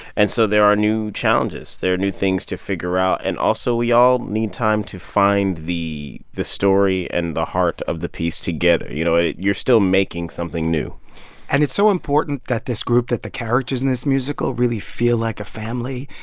and so there are new challenges. there are new things to figure out. and also we all need time to find the the story and the heart of the piece together. you know, you're still making something new and it's so important that this group, that the characters in this musical, really feel like a family.